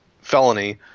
felony